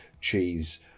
cheese